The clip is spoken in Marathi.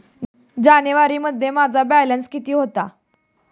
जानेवारीमध्ये माझा बॅलन्स किती होता?